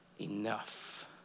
enough